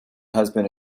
husband